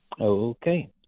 Okay